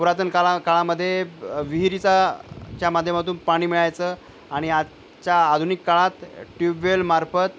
पुरातन काला काळामध्ये विहिरीचा च्या माध्यमातून पाणी मिळायचं आणि आजच्या आधुनिक काळात ट्यूबवेलमार्फत